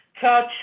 touch